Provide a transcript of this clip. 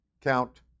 count